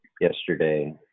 yesterday